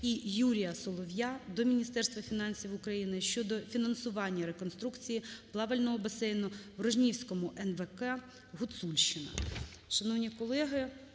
І Юрія Солов'я до Міністерства фінансів України щодо фінансування реконструкції плавального басейну вРожнівськом НВК "Гуцульщина".